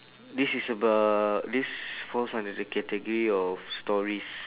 this is about this falls under the category of stories